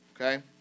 Okay